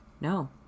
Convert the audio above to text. No